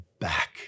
back